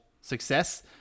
success